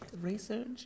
Research